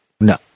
No